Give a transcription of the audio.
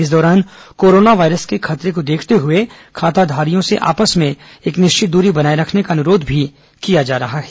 इस दौरान corona virus के खतरे को देखते हुए खाताधारियों से आपस में एक निश्चित दूरी बनाए रखने का अनुरोध भी किया जा रहा है